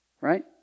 right